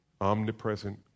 omnipresent